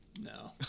No